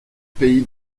pays